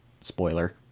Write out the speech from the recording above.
Spoiler